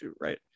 right